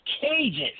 cages